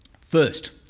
First